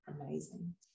amazing